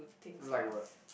then like what